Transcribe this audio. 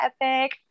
epic